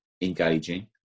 engaging